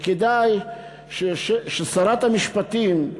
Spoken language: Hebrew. וכדאי ששרת המשפטים,